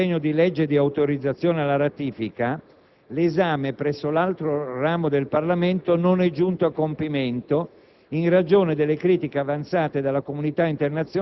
In questo quadro si è affermata l'esigenza di provvedere a idonei strumenti di protezione delle persone fìsiche e giuridiche.